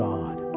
God